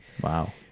wow